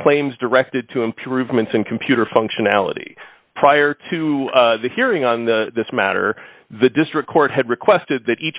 claims directed to improvements in computer functionality prior to the hearing on the this matter the district court had requested that each